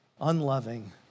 unloving